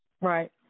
Right